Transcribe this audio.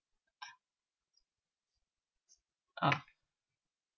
uh